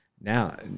Now